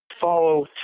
follow